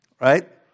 right